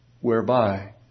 whereby